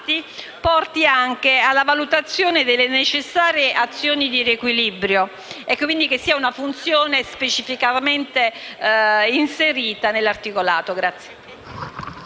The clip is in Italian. porti alla valutazione delle necessarie azioni di riequilibrio e che, quindi, la funzione sia specificamente inserita nell'articolato